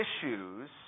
issues